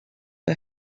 her